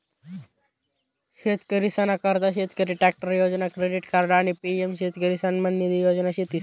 शेतकरीसना करता शेतकरी ट्रॅक्टर योजना, क्रेडिट कार्ड आणि पी.एम शेतकरी सन्मान निधी योजना शेतीस